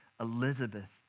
Elizabeth